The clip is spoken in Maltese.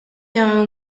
jew